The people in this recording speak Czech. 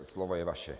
Slovo je vaše.